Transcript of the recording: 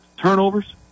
Turnovers